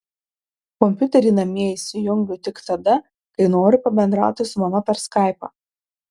kompiuterį namie įsijungiu tik tada kai noriu pabendrauti su mama per skaipą